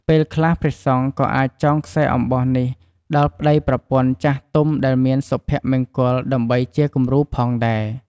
ពេលខ្លះ ព្រះសង្ឃក៏អាចចងខ្សែអំបោះនេះដល់ប្ដីប្រពន្ធចាស់ទុំដែលមានសុភមង្គលដើម្បីជាគំរូផងដែរ។